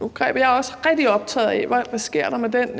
Men jeg er også rigtig optaget af, hvad der sker med den